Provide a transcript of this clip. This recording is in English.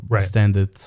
standard